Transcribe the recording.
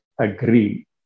agree